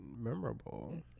memorable